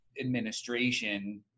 administration